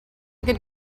good